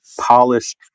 polished